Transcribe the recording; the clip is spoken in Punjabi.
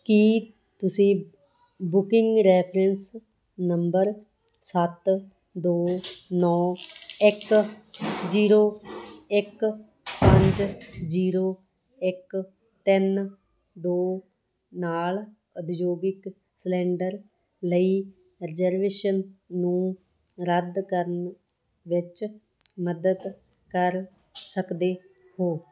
ਕੀ ਤੁਸੀਂ ਬੁਕਿੰਗ ਰੈਫਰੈਂਸ ਨੰਬਰ ਸੱਤ ਦੋ ਨੌਂ ਇੱਕ ਜ਼ੀਰੋ ਇੱਕ ਪੰਜ ਜ਼ੀਰੋ ਇੱਕ ਤਿੰਨ ਦੋ ਨਾਲ ਉਦਯੋਗਿਕ ਸਿਲੰਡਰ ਲਈ ਰਿਜ਼ਰਵੇਸ਼ਨ ਨੂੰ ਰੱਦ ਕਰਨ ਵਿੱਚ ਮਦਦ ਕਰ ਸਕਦੇ ਹੋ